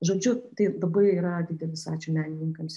žodžiu tai labai yra didelis ačiū menininkams